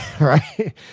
Right